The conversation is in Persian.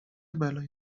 بلایی